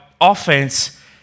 offense